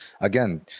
again